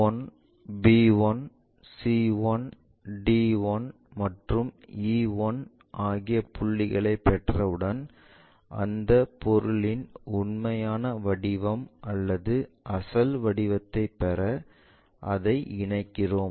a1 b 1 c 1 d 1 மற்றும் e 1 ஆகிய புள்ளிகளை பெற்றவுடன் அந்த பொருளின் உண்மையான வடிவம் அல்லது அசல் வடிவத்தைப் பெற அதை இணைக்கிறோம்